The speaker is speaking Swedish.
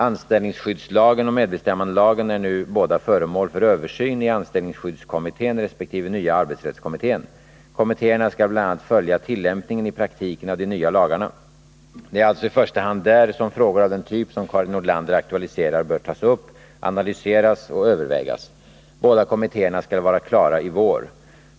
Anställningsskyddslagen och medbestämmandelagen är nu båda föremål för översyn i anställningsskyddskommittén resp. nya arbetsrättskommittén. Kommittéerna skall bl.a. följa tillämpningen i praktiken av de nya lagarna. Det är alltså i första hand där som frågor av den typ som Karin Nordlander aktualiserar bör tas upp, analyseras och övervägas. Båda kommittéerna skall vara klara i vår.